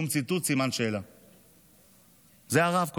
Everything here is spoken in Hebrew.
את זה הרב כותב.